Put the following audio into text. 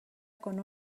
con